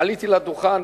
עליתי לדוכן